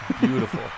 beautiful